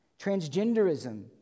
Transgenderism